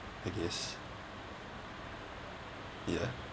I guess ya